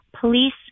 police